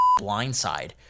Blindside